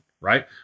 right